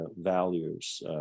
values